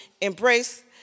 embrace